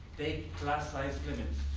take size limits.